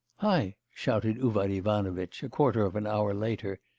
hi, shouted uvar ivanovitch a quarter of an hour later,